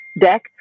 deck